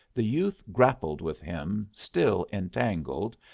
the youth grappled with him still entangled,